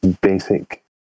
basic